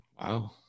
Wow